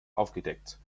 aufgedeckt